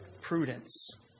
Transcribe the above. prudence